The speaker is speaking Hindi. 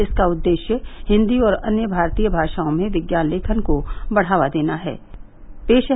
इसका उद्देश्य हिन्दी और अन्य भारतीय भाषाओं में विज्ञान लेखन को बढ़ावा देना है